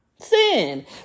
Sin